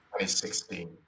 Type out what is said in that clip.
2016